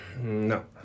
No